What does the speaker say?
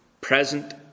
present